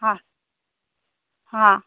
हाँ हाँ